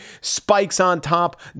spikes-on-top